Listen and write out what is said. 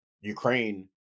Ukraine